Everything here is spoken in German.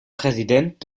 präsident